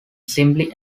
simply